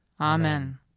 Amen